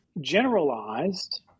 generalized